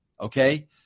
okay